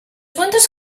puntos